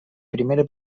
primera